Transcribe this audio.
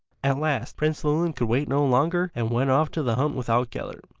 at last prince llewelyn could wait no longer and went off to the hunt without gellert.